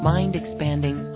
Mind-expanding